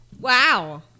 wow